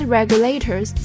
Regulators